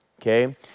okay